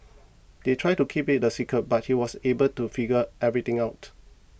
they tried to keep it a secret but he was able to figure everything out